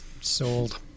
Sold